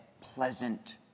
pleasant